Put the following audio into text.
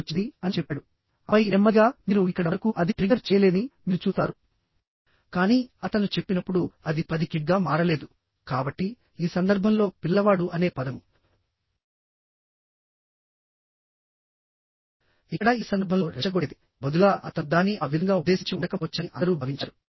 6 వచ్చింది అని చెప్పాడు ఆపై నెమ్మదిగా మీరు ఇక్కడ వరకు అది ట్రిగ్గర్ చేయలేదని మీరు చూస్తారు కానీ అతను చెప్పినప్పుడు అది 10 కిడ్గా మారలేదు కాబట్టి ఈ సందర్భంలో పిల్లవాడు అనే పదం ఇక్కడ ఈ సందర్భంలో రెచ్చగొట్టేది బదులుగా అతను దానిని ఆ విధంగా ఉద్దేశించి ఉండకపోవచ్చని అందరూ భావించారు